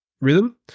rhythm